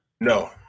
No